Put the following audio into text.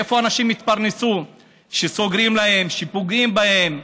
מאיפה אנשים יתפרנסו כשסוגרים להם, כשפוגעים בהם,